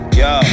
yo